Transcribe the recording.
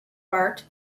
bart